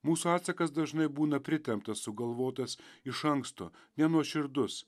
mūsų atsakas dažnai būna pritemptas sugalvotas iš anksto nenuoširdus